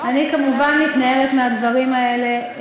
אני כמובן מתנערת מהדברים האלה.